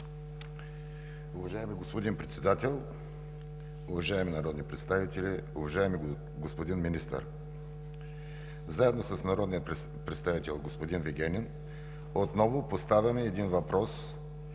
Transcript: Уважаеми господин Председател, уважаеми народни представители, уважаеми господин Министър! Заедно с народния представител господин Вигенин отново поставяме един въпрос